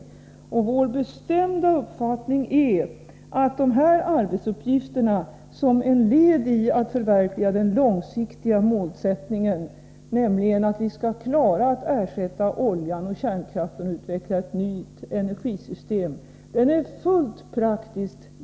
Vår bestämda uppfattning är att de här arbetsuppgifterna är led i uppnåendet av det långsiktiga målet att oljan och kärnkraften skall ersättas och att ett nytt energisystem skall utvecklas.